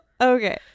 okay